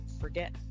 forget